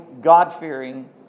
God-fearing